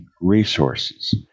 Resources